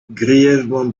grièvement